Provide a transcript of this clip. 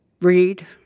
read